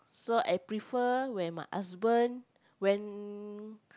so I prefer when my husband when